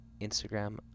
instagram